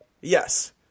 Yes